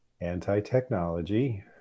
anti-technology